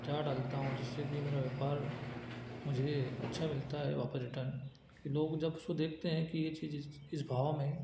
क्या डालता हूँ जिससे कि मेरा व्यापार मुझे अच्छा मिलता है ऑपरेटर लोग जब उसको देखते हैं कि यह चीज़ें इस भाव में